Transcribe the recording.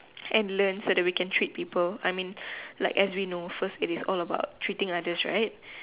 and learn so that we can treat people I mean as we know first aid is all about treating others right